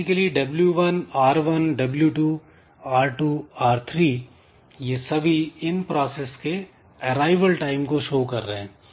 basically w1 R1 w2 r2 r3 यह सभी इन प्रॉसेस के अराइवल टाइम को शो कर रहे हैं